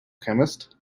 chemist